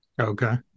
Okay